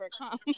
overcome